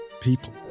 people